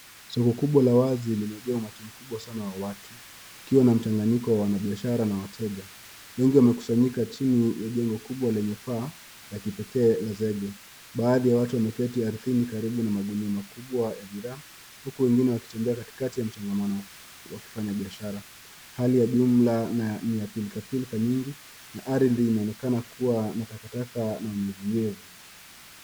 Soko kubwa la wazi, limejaa umati mkubwa sana wa watu, kukiwa na mchnganyiko wa wanabiashara na wateja, wengi wamekusanyika chini ya jengo kubwa lenye paa la kipekee la zege, baadhi ya watu wameketi ardhini na magunia makubwa ya bidhaa, huku wengine wakitembea katikati ya msongamano, wakifanya biashara, hali ya jumla ni ya pilka pilka nyingi, na ardhi ina takataka na unyevu unyevu.